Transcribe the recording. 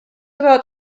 about